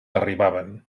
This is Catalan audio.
arribaven